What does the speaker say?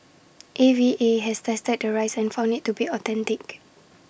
A V A has tested the rice and found IT to be authentic